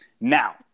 Now